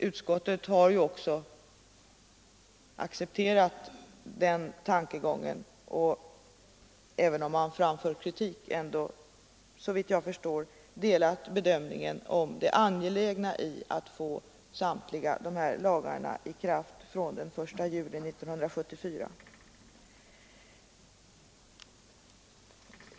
Utskottet har ju också accepterat den tankegången och — även om man framför kritik — såvitt jag förstår ändå anslutit sig till bedömningen att det är angeläget att få samtliga dessa lagar i kraft från den 1 juli 1974.